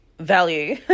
value